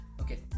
Okay